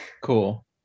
Cool